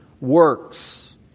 works